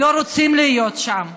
לא רוצים להיות שם.